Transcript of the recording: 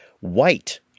white